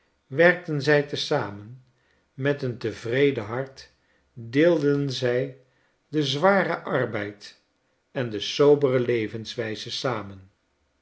werkten zij te zamen met een tevreden hart deelden zij den zwaren arbeid en de sobere levenswijze samen